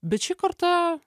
bet šį kartą